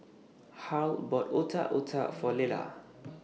Harl bought Otak Otak For Lelah